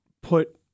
put